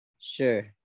sure